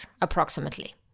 approximately